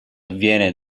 avviene